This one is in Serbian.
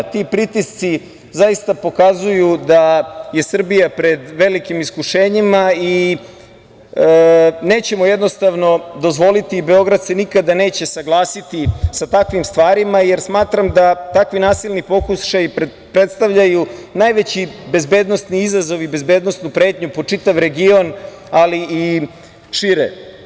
Ti pritisci zaista pokazuju da je Srbija pred velikim iskušenjima i nećemo dozvoliti, Beograd se nikada neće saglasiti sa takvim stvarima, jer smatra da takvi nasilni pokušaji predstavljaju najveći bezbednosni izazov i bezbednosnu pretnju po čitav region, ali i šire.